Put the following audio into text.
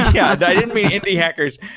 yeah that indie hackers.